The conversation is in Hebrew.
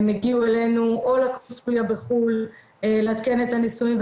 הם הגיעו אלינו או לקונסוליה בחו"ל לעדכן את הנישואים,